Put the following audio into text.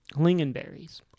Lingonberries